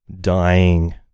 dying